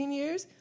years